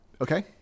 Okay